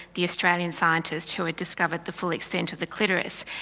the australian scientist who had discovered the full extent of the clitoris,